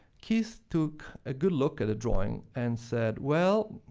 keith took a good look at the drawing and said, well,